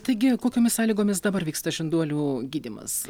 taigi kokiomis sąlygomis dabar vyksta žinduolių gydymas